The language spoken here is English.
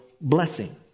blessing